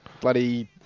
Bloody